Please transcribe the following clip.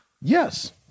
Yes